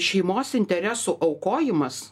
šeimos interesų aukojimas